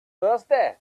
thirsty